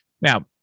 Now